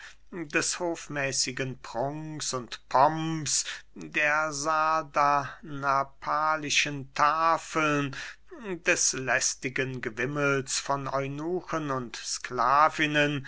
des hofmäßigen prunks und pomps der sardanapalischen tafeln des lästigen gewimmels von eunuchen und